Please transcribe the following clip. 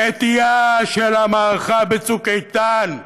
בעטייה של המערכה ב"צוק איתן"